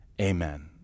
Amen